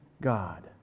God